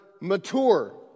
Mature